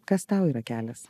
kas tau yra kelias